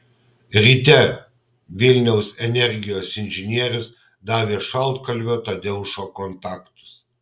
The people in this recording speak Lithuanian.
ryte vilniaus energijos inžinierius davė šaltkalvio tadeušo kontaktus